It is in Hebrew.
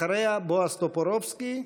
אחריה, בועז טופורובסקי,